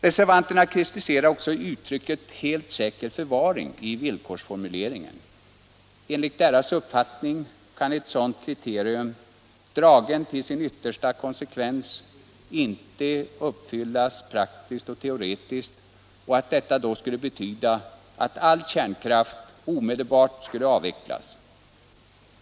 Reservanterna kritiserar också uttrycket ”helt säker förvaring” i villkorsformuleringen. Enligt deras uppfattning kan ett sådant krav, draget till sin yttersta konsekvens, inte uppfyllas praktiskt och teoretiskt. Reservanterna menar att detta skulle betyda att all kärnkraft omedelbart måste avvecklas.